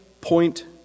point